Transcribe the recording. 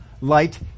light